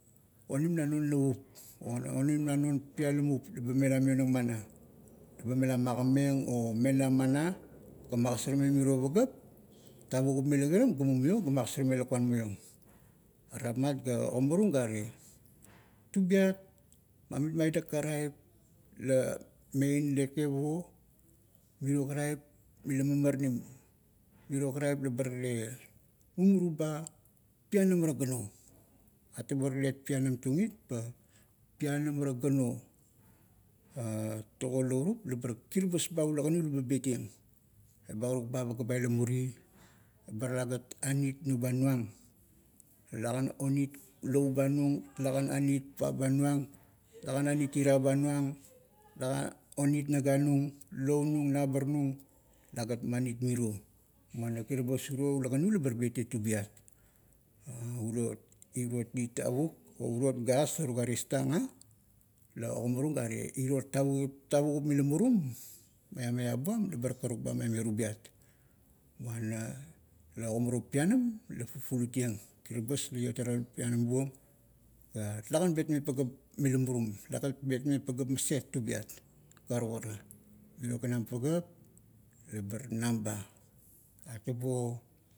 Onim na non navup, onim na non pianamup leba mela mionang mana, eba mela magameng o mela mana ga magasarmeng lakuan maiong. are rapmat ga, ogamarung gare, tubiat ma mitmaidang karaip, la mein leike buo miro karaip mila mamaranim miro karaip laba tale, mumuru ba pianam ara gano. Atabo talet pianam tung it pa, pianam ara gano. togo lourup, labar kiribas ba ulakanu laba betieng. Ba talagat anit noba nuang; talagan onit lou ba nung, talagan anit papa ba nuang, talagan anit ira ba nuang, talaga onit naga nung, lou nung, nabar nung. Talagat manit miro, muana kirbas uro ulakanu laba betieng tubiat. uro, iriot i tavuk, o urot gas la tuga tiestang a, la ogamarung gare, iro tavukip, tavukup mila murum, maiam eap buam labar karuk ba maime tubiat. Muana la ogimarung pianam, la fufulutieng. Kiribas la iot ara na pianam buong ga talagan betmeng pagaap mila murum. talagan betmeng pagap maset tubiat, karukara, mirio ganam pagap lebar nam ba. Atabo,